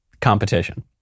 competition